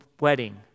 wedding